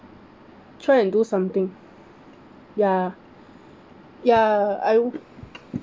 try and do something ya ya I